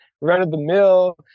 run-of-the-mill